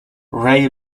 ray